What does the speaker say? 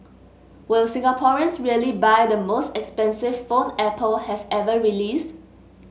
will Singaporeans really buy the most expensive phone Apple has ever released